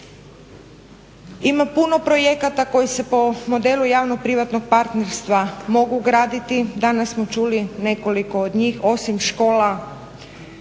Ima puno projekata koji se po modelu javno-privatnog partnerstva mogu graditi. Danas smo čuli nekoliko od njih. Osim škola,